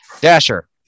Dasher